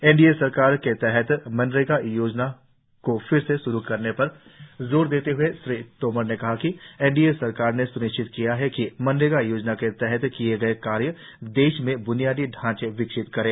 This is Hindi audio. एनडीए सरकार के तहत मनरेगा योजना को फिर से श्रू करने पर जोर देते हुए श्री तोमर ने कहा कि एनडीए सरकार ने स्निश्चित किया है कि मनरेगा योजना के तहत किए गए कार्य देश में ब्नियादी ढांचे विकसित करे